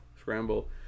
scramble